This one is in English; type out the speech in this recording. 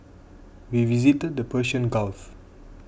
we visited the Persian Gulf